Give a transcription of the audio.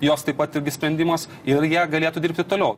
jos taip pat irgi sprendimas ir jie galėtų dirbti toliau